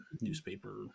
newspaper